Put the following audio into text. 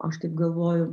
aš taip galvoju